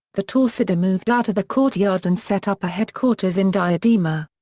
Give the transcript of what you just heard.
the torcida moved out of the courtyard and set up a headquarters in diadema.